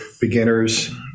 beginners